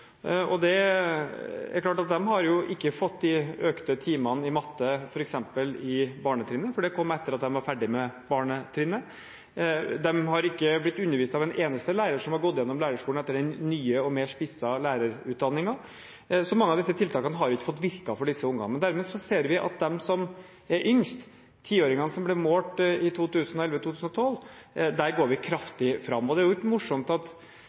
2012. Det er klart at de ikke har fått de økte timene, f.eks. i matte, på barnetrinnet, for dette kom etter at de var ferdig med barnetrinnet. De har ikke blitt undervist av en eneste lærer som har gått igjennom lærerskolen etter den nye og mer spissede lærerutdanningen, så mange av disse tiltakene har ikke fått virket for disse ungene. Derimot ser vi at når det gjelder dem som er yngst, tiåringene som ble målt i 2011 og 2012, går vi kraftig fram. Det er litt morsomt at